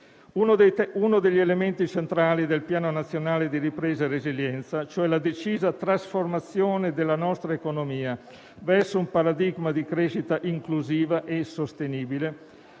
Uno degli elementi centrali del Piano nazionale di ripresa e resilienza, vale a dire la decisa trasformazione della nostra economia verso un paradigma di crescita inclusiva e sostenibile,